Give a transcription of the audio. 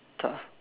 tak ah